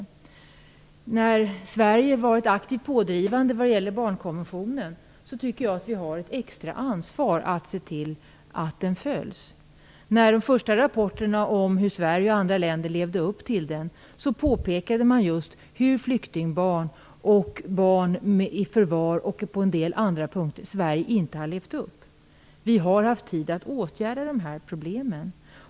Eftersom Sverige har varit aktivt pådrivande vad gäller barnkonventionen tycker jag att vi har ett extra ansvar för att se till att den följs. När de första rapporterna kom om hur Sverige och andra länder levde upp till barnkonventionen, påpekade man just att Sverige inte har levt upp till den när det gäller flyktingbarn, barn i förvar och på en del andra punkter. Vi har haft tid att åtgärda de problemen.